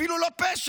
אפילו לא פשע,